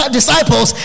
disciples